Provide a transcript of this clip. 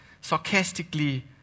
sarcastically